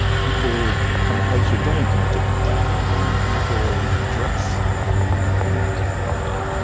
people come close or don't in a different way. and people address one in a different way.